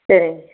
சரி